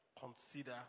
consider